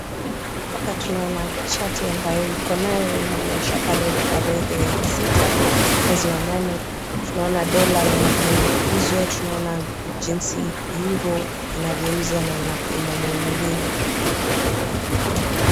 Hapa tunaona chati ambayo iko nayo imeonyesha pale tarehe sita mwezi wa nane. Tunaona dola inavyouzwa, tunaona jinsi euro inavyouza na inanunuliwa.